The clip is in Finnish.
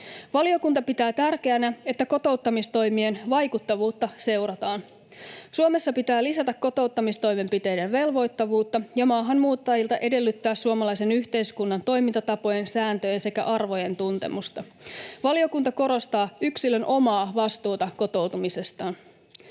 Valiokunta pitää tärkeänä, että kotouttamistoimien vaikuttavuutta seurataan. Suomessa pitää lisätä kotouttamistoimenpiteiden velvoittavuutta ja maahanmuuttajilta edellyttää suomalaisen yhteiskunnan toimintatapojen, sääntöjen sekä arvojen tuntemusta. Valiokunta korostaa yksilön omaa vastuuta kotoutumisestaan.